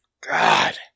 God